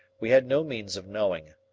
we had no means of knowing.